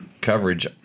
coverage